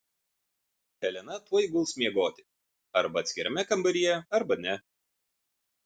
elena tuoj guls miegoti arba atskirame kambaryje arba ne